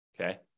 Okay